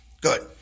Good